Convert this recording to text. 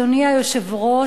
אדוני היושב-ראש,